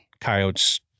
coyotes